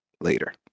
later